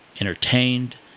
entertained